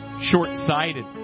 short-sighted